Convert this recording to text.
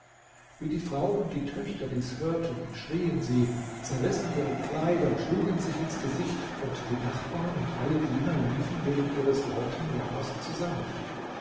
wie die frau und die töchter dies hörten schrien sie zerrissen ihre kleider schlugen sich ins gesicht und die nachbarn und alle diener liefen wegen ihres lauten jammers zusammen